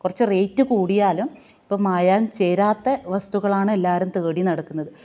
കുറച്ച് റേറ്റ് കൂടിയാലും ഇപ്പം മായാം ചേരാത്ത വസ്തുക്കളാണെല്ലാവരും തേടി നടക്കുന്നത്